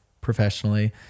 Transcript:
professionally